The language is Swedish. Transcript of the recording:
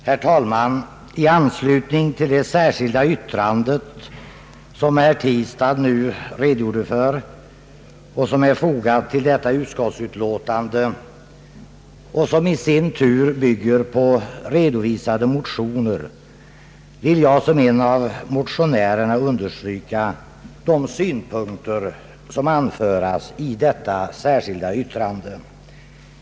Herr talman! I anslutning till det särskilda yttrande som herr Tistad nu redogjort för och som är fogat till utskottsutlåtandet, vilket i sin tur bygger på redovisade motioner, vill jag som en av motionärerna understryka de synpunkter som anförs i detta särskilda yttrande.